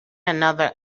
another